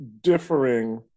differing